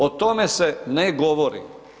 O tome se ne govori.